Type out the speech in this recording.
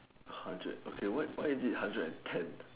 hundred okay what why is it hundred and ten